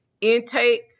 intake